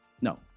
No